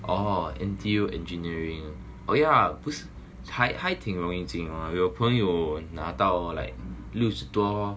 orh N_T_U engineering ah oh ya 不是才还挺容易进的有朋友拿到 like 六十多